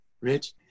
Rich